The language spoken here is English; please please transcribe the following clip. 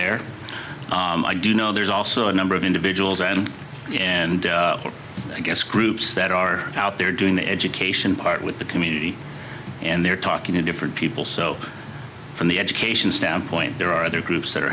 there i do know there's also a number of individuals around and i guess groups that are out there doing the education part with the community and they're talking to different people so from the education standpoint there are other groups that are